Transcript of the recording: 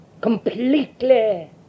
completely